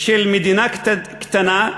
של מדינה קטנה,